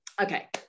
Okay